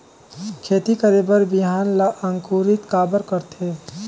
खेती करे बर बिहान ला अंकुरित काबर करथे?